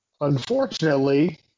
Unfortunately